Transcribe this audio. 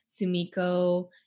Sumiko